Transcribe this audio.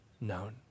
known